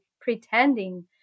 pretending